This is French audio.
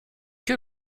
que